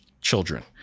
children